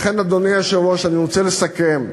אדוני היושב-ראש, אני רוצה לסכם: